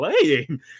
playing